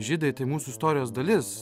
žydai tai mūsų istorijos dalis